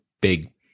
big